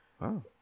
Wow